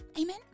amen